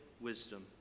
wisdom